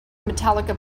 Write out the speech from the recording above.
metallica